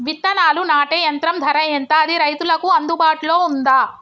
విత్తనాలు నాటే యంత్రం ధర ఎంత అది రైతులకు అందుబాటులో ఉందా?